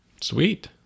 Sweet